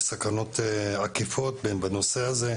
יש סכנות עקיפות בנושא הזה,